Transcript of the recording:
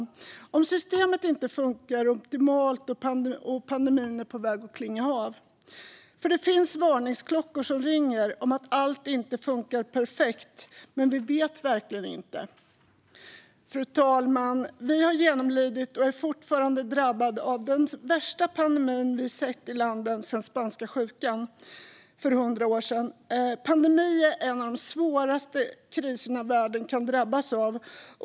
Risken finns om systemen inte fungerar optimalt och pandemin är på väg att klinga av. Det finns varningsklockor som ringer om att allt inte funkar perfekt, men vi vet verkligen inte. Fru talman! Vi har genomlidit och är fortfarande drabbade av den värsta pandemi vi har sett i landet sedan spanska sjukan för 100 år sedan. En pandemi är en av de svåraste kriser världen kan drabbas av.